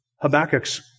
Habakkuk's